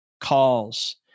calls